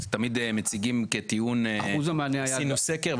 תמיד מציגים כטיעון עשינו סקר,